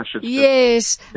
Yes